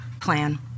plan